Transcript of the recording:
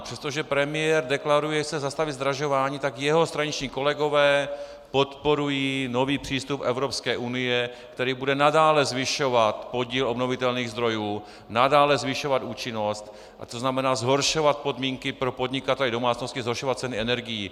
Přestože premiér deklaruje, že chce zastavit zdražování, tak jeho straničtí kolegové podporují nový přístup Evropské unie, který bude nadále zvyšovat podíl obnovitelných zdrojů, nadále zvyšovat účinnost a to znamená zhoršovat podmínky pro podnikatele i domácnosti, zhoršovat ceny energií.